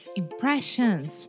impressions